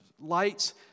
lights